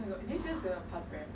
!wah!